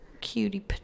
Cutie